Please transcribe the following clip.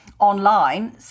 Online